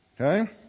Okay